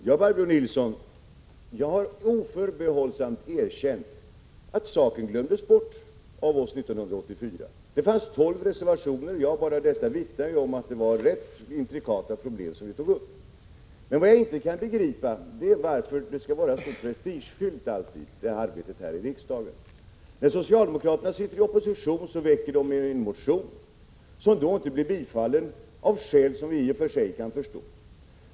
Fru talman! Jag har, Barbro Nilsson, oförbehållsamt erkänt att saken glömdes bort av oss 1984. Det fanns tolv reservationer. Bara detta vittnar om att det var rätt intrikata problem som vi tog upp. Vad jag inte kan begripa är varför arbetet här i riksdagen alltid skall vara så prestigefyllt. När socialdemokraterna satt i opposition väckte de en motion som inte blev bifallen av skäl som vi i och för sig kan förstå.